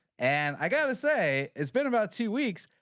and i got to say it's been about two weeks.